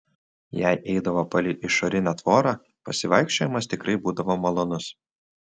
jei eidavo palei išorinę tvorą pasivaikščiojimas tikrai būdavo malonus